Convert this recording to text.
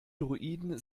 droiden